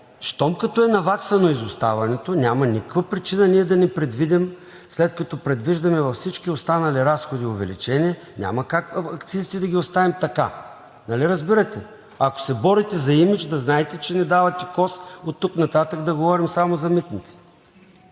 щом като е наваксано изоставането, няма никаква причина ние да не предвидим, след като предвиждаме във всички останали разходи увеличение, няма как акцизите да ги оставим така. Нали разбирате?! Ако се борите за имидж, да знаете, че ни давате коз оттук нататък да говорим само за митници.